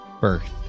Birth